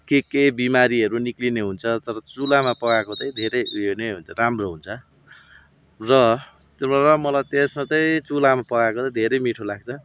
के के बिमारीहरू निक्लिने हुन्छ तर चुल्हामा पकाएको चाहिँ धेरै उयो नै हुन्छ राम्रो हुन्छ र मलाई तेस्मा तै चुलामा पकाको तै धेरै मिठो लाग्छ